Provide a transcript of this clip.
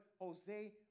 Jose